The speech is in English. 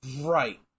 Right